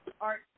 Art